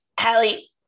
Hallie